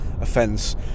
offence